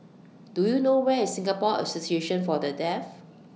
Do YOU know Where IS Singapore Association For The Deaf